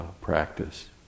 practice